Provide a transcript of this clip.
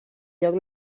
lloc